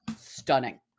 stunning